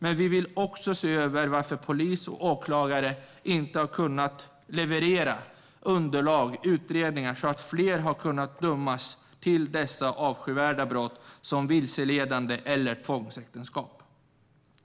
Men vi vill också se över varför polis och åklagare inte har kunnat leverera underlag och utredningar så att fler har kunnat dömas för dessa avskyvärda brott, till exempel vilseledande eller tvångsäktenskap.